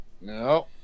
No